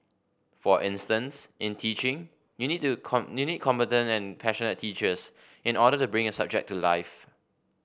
for instance in teaching you need to you need competent and passionate teachers in order to bring a subject to life